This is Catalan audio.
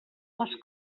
les